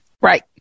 Right